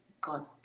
God